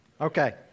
Okay